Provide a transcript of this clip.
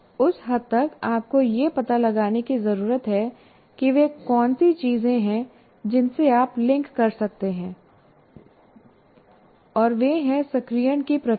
उस हद तक आपको यह पता लगाने की जरूरत है कि वे कौन सी चीजें हैं जिनसे आप लिंक कर सकते हैं और वह है सक्रियण की प्रक्रिया